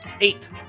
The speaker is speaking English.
Eight